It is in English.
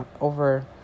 over